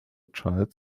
child